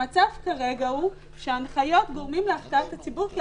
המצב כרגע הוא שההנחיות גורמות להחטאת הציבור כי